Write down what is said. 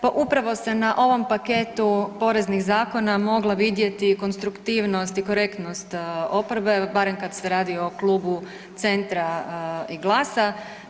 Pa upravo se na ovom paketu poreznih zakona mogla vidjeti konstruktivnost i korektnost oporbe barem kada se radi o klubu Centra i GLAS-a.